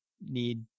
need